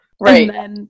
right